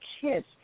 kids